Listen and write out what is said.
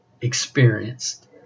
experienced